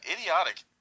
idiotic